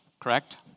correct